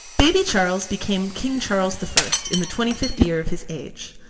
baby charles became king charles the first, in the twenty-fifth year of his age.